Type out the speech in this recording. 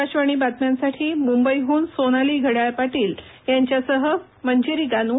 आकाशवाणी बातम्यांसाठी मुंबईहून सोनाली घड्याळ पाटील यांच्यासह पुण्याहून मंजिरी गानू